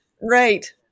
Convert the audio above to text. Right